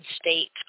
state